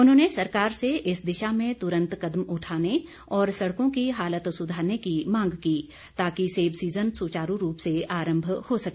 उन्होंने सरकार से इस दिशा में तुरंत कदम उठाने और सड़कों की हालत सुधारने की मांग की ताकि सेब सीज़न सुचारू रूप से आरंभ हो सके